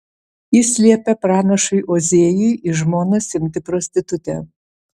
jis liepia pranašui ozėjui į žmonas imti prostitutę